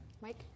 Mike